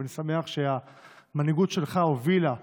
אבל אני שמח שהמנהיגות שלך הובילה לשינוי.